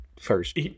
first